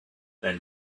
then